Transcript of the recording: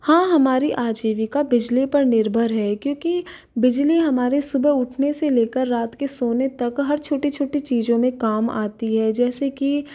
हाँ हमारी आजीविका बिजली पर निर्भर है क्योंकि बिजली हमारी सुबह उठने से लेकर रात के सोने तक हर छोटी छोटी चीज़ों में काम आती है जैसे कि